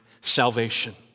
salvation